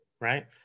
right